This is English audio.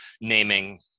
naming